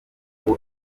ubu